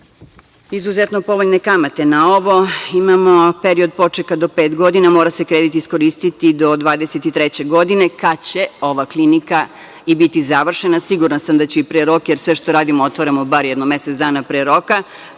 izuzetno povoljne kamate na ovo. Imamo period počeka do pet godina. Kredit se mora iskoristiti do 2023. godine, kad će ova klinika i biti završena. Sigurna sam da će i pre roka, jer sve što radimo otvaramo bar jedno mesec dana pre roka. Tako